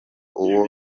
uwo